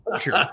sure